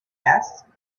asked